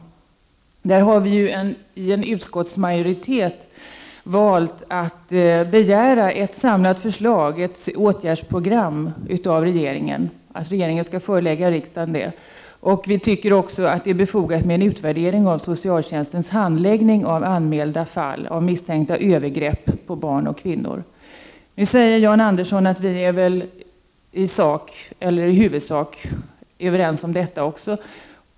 En utskottsmajoritet har valt att begära att regeringen skall förelägga riksdagen ett samlat förslag, ett åtgärdsprogram. Vi tycker också det är befogat med en utvärdering av socialtjänstlagens handläggning av anmälda fall av misstänkta övergrepp mot barn och kvinnor. Jan Andersson säger att vi är i huvudsak överens om detta också.